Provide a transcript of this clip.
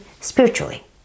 spiritually